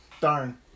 Darn